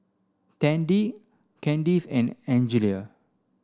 Tandy Candyce and Angelia